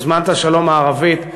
יוזמת השלום הערבית,